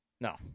No